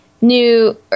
new